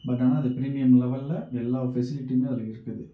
but ஆனால் அது premium லெவலில் எல்லா ஃபெசிலிட்டியுமே அதில் இருக்குது